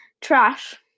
Trash